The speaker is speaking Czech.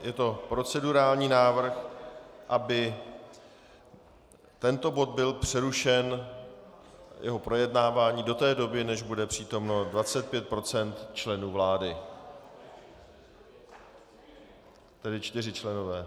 Je to procedurální návrh, aby tento bod byl přerušen, jeho projednávání, do té doby, než bude přítomno 25 % členů vlády, tedy čtyři členové.